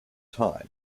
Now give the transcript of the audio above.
time